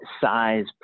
size